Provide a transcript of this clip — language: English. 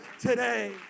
today